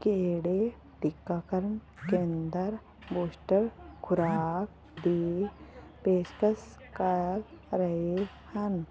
ਕਿਹੜੇ ਟੀਕਾਕਰਨ ਕੇਂਦਰ ਬੂਸਟਰ ਖੁਰਾਕ ਦੀ ਪੇਸ਼ਕਸ਼ ਕਰ ਰਹੇ ਹਨ